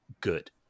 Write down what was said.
good